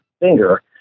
finger